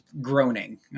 groaning